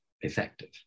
effective